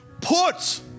Put